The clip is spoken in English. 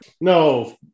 No